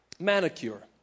manicure